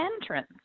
entrance